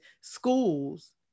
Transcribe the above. schools